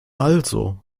also